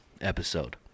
episode